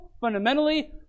fundamentally